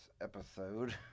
episode